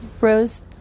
Rose